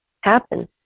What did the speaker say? happen